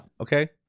Okay